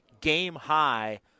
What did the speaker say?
game-high